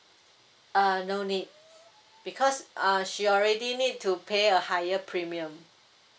uh no need because uh she already need to pay a higher premium